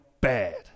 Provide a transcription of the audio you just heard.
bad